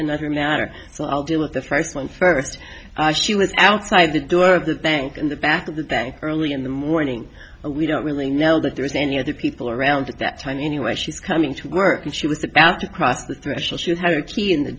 another matter so i'll deal with the first one first she was outside the door of the bank in the back of the bank early in the morning and we don't really know that there was any other people around at that time anyway she's coming to work and she was about to cross the threshold she had a key in the